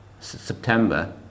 September